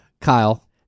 Kyle